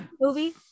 movie